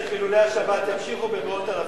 שחילולי השבת ימשיכו במאות אלפים?